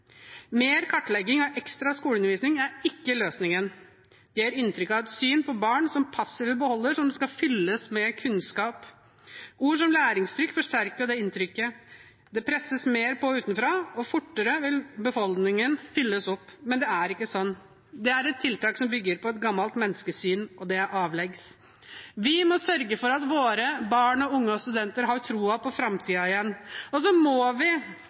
Mer kartlegging av ekstra skoleundervisning er ikke løsningen. Det gir inntrykk av et syn på barn som passive beholdere som skal fylles med kunnskap. Ord som læringstrykk forsterker det inntrykket. Det presses mer på utenfra, og beholdningen vil fylles opp fortere. Men det er ikke slik. Det er et tiltak som bygger på et gammelt menneskesyn, og det er avleggs. Vi må sørge for at våre barn og unge og studenter har tro på framtiden igjen. Og så må vi